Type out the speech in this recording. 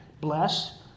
bless